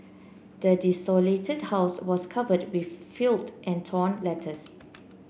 the desolated house was covered with filth and torn letters